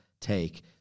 take